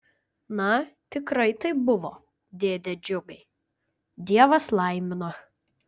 na tikrai taip buvo dėde džiugai dievas laimino